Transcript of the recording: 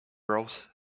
rows